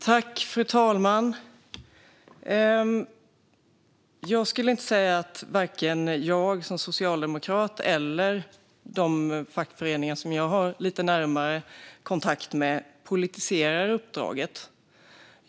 Fru talman! Jag skulle inte säga att vare sig jag som socialdemokrat eller de fackföreningar som jag har lite närmare kontakt med politiserar uppdraget.